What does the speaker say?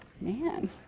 Man